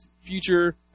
future